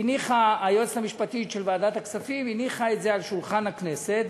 היועצת המשפטית של ועדת הכספים הניחה את זה על שולחן הכנסת,